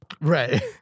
Right